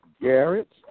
Garrett